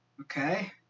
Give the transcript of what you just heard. Okay